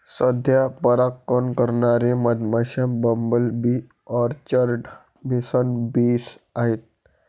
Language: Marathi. सध्या परागकण करणारे मधमाश्या, bumble bee, orchard mason bees आहेत